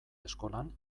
eskolan